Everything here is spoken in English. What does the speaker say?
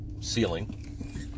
ceiling